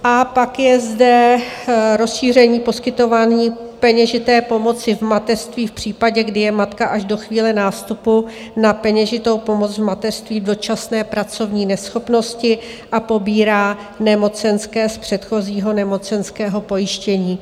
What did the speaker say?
A pak je zde rozšíření poskytování peněžité pomoci v mateřství v případě, kdy je matka až do chvíle nástupu na peněžitou pomoc v mateřství v dočasné pracovní neschopnosti a pobírá nemocenské z předchozího nemocenského pojištění.